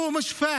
הוא לא מבין